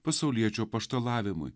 pasauliečių apaštalavimui